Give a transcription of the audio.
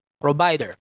provider